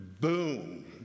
boom